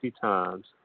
times